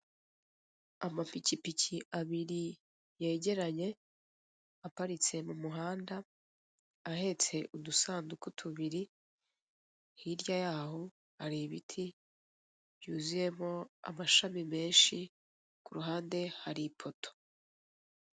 Amapikipiki abiri yegeranye aparitse mu muhanda ahetse udusanduku tubiri, hirya yaho hari ibiti byuzeyemo amashami menshi ku ruhande hari ipoto'